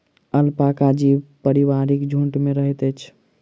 alpaca जीव पारिवारिक झुण्ड में रहैत अछि